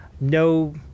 No